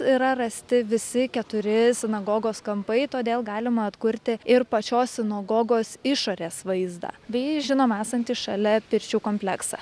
yra rasti visi keturi sinagogos kampai todėl galima atkurti ir pačios sinagogos išorės vaizdą bei žinoma esantį šalia pirčių kompleksą